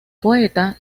poeta